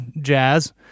jazz